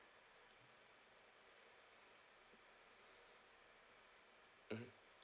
mmhmm